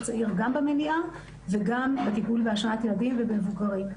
צעיר גם במניעה וגם בהשמנת ילדים ובמבוגרים.